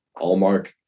Allmark